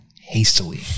hastily